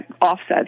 offsets